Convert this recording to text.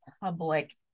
public